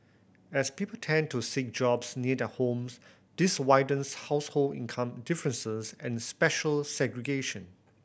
as people tend to seek jobs near their homes this widens household income differences and spatial segregation